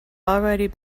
already